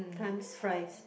times flies